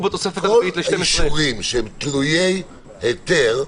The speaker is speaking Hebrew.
--- כל האישורים שהם תלויי היתר,